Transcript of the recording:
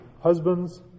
Husbands